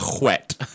wet